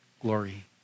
glory